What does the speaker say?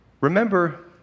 remember